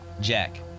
Jack